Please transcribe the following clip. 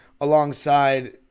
alongside